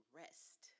rest